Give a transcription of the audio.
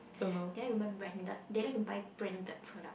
they like to wear branded they like to buy branded products